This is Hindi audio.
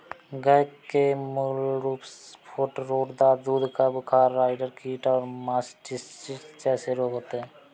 गय के मूल रूपसे फूटरोट, दाद, दूध का बुखार, राईडर कीट और मास्टिटिस जेसे रोग होते हें